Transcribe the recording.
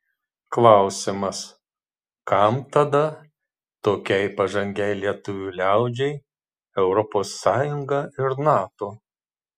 klausimas kam tada tokiai pažangiai lietuvių liaudžiai europos sąjunga ir nato